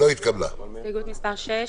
הצבעה ההסתייגות לא אושרה.